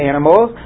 Animals